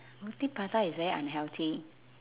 roti prata is very unhealthy